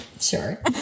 sure